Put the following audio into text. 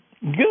good